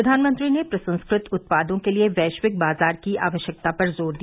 प्रधानमंत्री ने प्रसंस्कृत उत्पादों के लिए वैश्विक बाजार की आवश्यकता पर जोर दिया